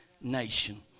nation